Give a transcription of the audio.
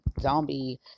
zombie